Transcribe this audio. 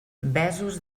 besos